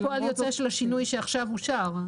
זה פועל יוצא של השינוי שעכשיו אושר.